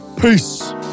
Peace